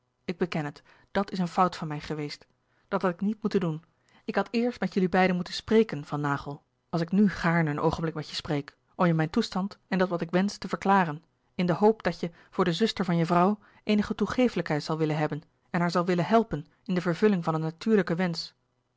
ik beken het dat is een fout van mij geweest dat had ik niet moeten doen ik had eerst met jullie beiden moeten spreken van naghel als ik nu gaarne een oogenblik met je spreek om je mijn toestand en dat wat ik wensch te verklaren in de hoop dat je voor de zuster van je vrouw eenige toegeeflijkheid zal willen hebben en haar zal willen helpen in de vervulling van een natuurlijken wensch